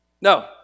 No